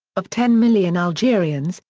of ten million algerians,